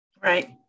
Right